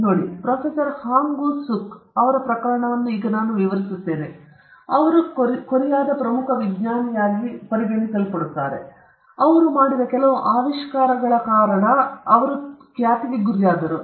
ನೋಡಿ professor Hwang Woo Suk ಅವರ ಪ್ರಕರಣವನ್ನು ನಾನು ವಿವರಿಸುತ್ತೇನೆ ಅವರು ಕೊರಿಯಾದ ಪ್ರಮುಖ ವಿಜ್ಞಾನಿಯಾಗಿ ಆಚರಿಸುತ್ತಾರೆ ಅವರು ಮಾಡಿದ ಕೆಲವು ಆವಿಷ್ಕಾರಗಳ ಕಾರಣ ಬದಲಿಗೆ ಅವರು ಮಾಡಿದ ಎಂದು ಅವರು ಹೇಳಿದ ಕಾರಣದಿಂದ ಖ್ಯಾತಿಗೆ ಗುರಿಯಾದರು